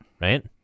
right